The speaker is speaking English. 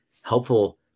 helpful